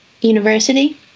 university